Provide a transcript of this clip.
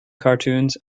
cartoons